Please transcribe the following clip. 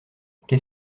qu’est